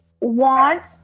want